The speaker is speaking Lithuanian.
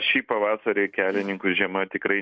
šį pavasarį kelininkų žiema tikrai